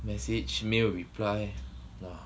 message 没有 reply